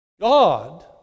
God